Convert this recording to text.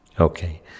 Okay